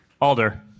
Alder